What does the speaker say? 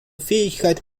fähigkeit